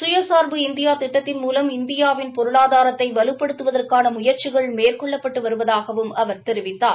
சுய்சா்பு India திட்டத்தின் மூலம் இந்தியாவின் பொருளாதாரத்தை வலுப்படுத்துவதற்கான முயற்சிகள் மேற்கொள்ளப்பட்டு வருவதாகவும் அவர் தெரிவித்தார்